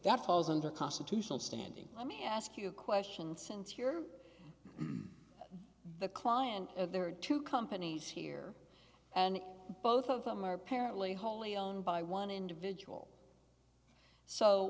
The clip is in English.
that falls under a constitutional standing let me ask you a question since you're the client of there are two companies here and both of them are apparently wholly owned by one individual so